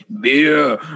Beer